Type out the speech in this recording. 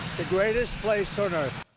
the greatest place sort of